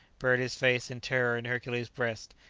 buried his face in terror in hercules' breast,